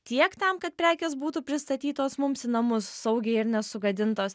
tiek tam kad prekės būtų pristatytos mums į namus saugiai ir nesugadintos